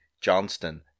Johnston